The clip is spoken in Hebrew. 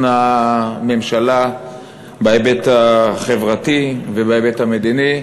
הממשלה בהיבט החברתי ובהיבט המדיני,